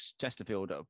Chesterfield